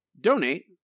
donate